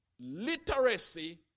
Literacy